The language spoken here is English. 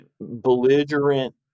belligerent